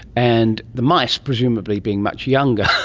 and the mice, presumably being much younger,